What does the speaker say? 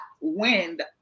wind